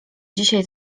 dzisiaj